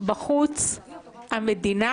בחוץ המדינה